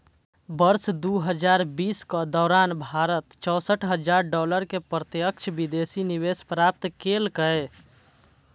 वर्ष दू हजार बीसक दौरान भारत चौंसठ अरब डॉलर के प्रत्यक्ष विदेशी निवेश प्राप्त केलकै